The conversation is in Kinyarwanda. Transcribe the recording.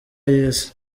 y’isi